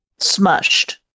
smushed